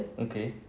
okay